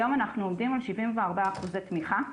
היום אנחנו עומדים על 74% תמיכה,